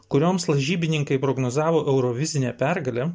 kurioms lažybininkai prognozavo eurovizinę pergalę